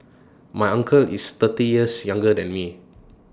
my uncle is thirty years younger than me